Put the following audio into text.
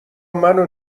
منو